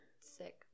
sick